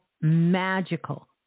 magical